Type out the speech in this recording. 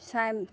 চায়